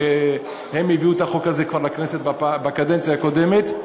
הם הביאו את החוק הזה לכנסת בקדנציה הקודמת.